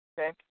Okay